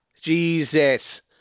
Jesus